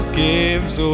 gives